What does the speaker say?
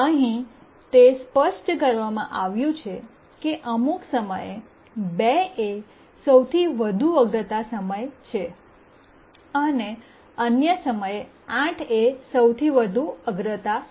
અહીં તે સ્પષ્ટ કરવામાં આવ્યું છે કે અમુક સમયે 2 એ સૌથી વધુ અગ્રતા છે અને અન્ય સમયે 8એ સૌથી વધુ અગ્રતા છે